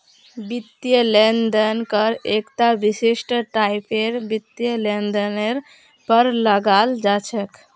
वित्तीय लेन देन कर एकता विशिष्ट टाइपेर वित्तीय लेनदेनेर पर लगाल जा छेक